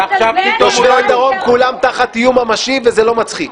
תושבי הדרום כולם תחת איום ממשי, וזה לא מצחיק.